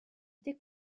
été